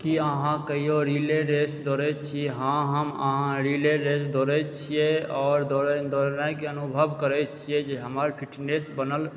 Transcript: कि अहाँ कहिओ रिले रेस दौड़ै छियै हँ हम अहाँ रिले रेस दौड़ै छियै आओर दौड़य दौड़नाइके अनुभव करैत छियै जे हमर फिटनेस बनल